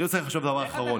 אני רוצה להגיד דבר אחד אחרון.